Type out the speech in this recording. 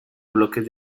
bloques